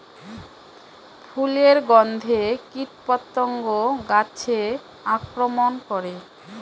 ফুলের গণ্ধে কীটপতঙ্গ গাছে আক্রমণ করে?